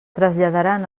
traslladaran